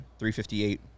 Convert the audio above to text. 358